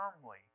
firmly